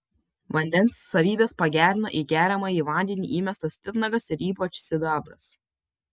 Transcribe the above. vandens savybes pagerina į geriamąjį vandenį įmestas titnagas ir ypač sidabras